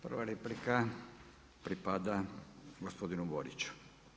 Prva replika pripada gospodinu Boriću.